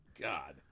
God